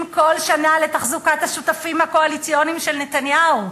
כל שנה לתחזוקת השותפים הקואליציוניים של נתניהו,